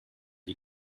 you